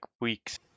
weeks